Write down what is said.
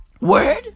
Word